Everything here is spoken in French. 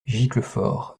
giclefort